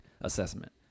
Assessment